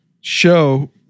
show